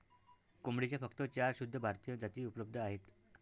कोंबडीच्या फक्त चार शुद्ध भारतीय जाती उपलब्ध आहेत